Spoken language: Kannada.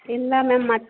ಇಲ್ಲ ಮ್ಯಾಮ್ ಮತ್ತು